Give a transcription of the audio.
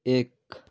एक